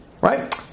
Right